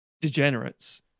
degenerates